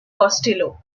costello